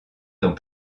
dans